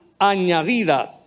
añadidas